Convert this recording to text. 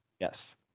yes